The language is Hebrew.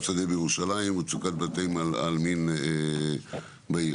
שדה בירושלים ומצוקת בתי העלמין בעיר.